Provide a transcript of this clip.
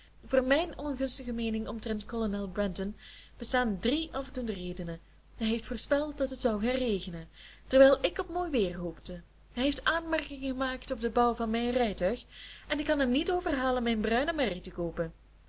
voor mijn ongunstige meening omtrent kolonel brandon bestaan drie afdoende redenen hij heeft voorspeld dat het zou gaan regenen terwijl ik op mooi weer hoopte hij heeft aanmerkingen gemaakt op den bouw van mijn rijtuig en ik kan hem niet overhalen mijn bruine merrie te koopen